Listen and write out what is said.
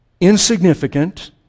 insignificant